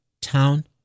town